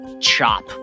chop